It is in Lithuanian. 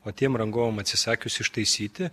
o tiem rangovam atsisakius ištaisyti